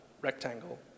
rectangle